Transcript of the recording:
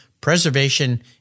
Preservation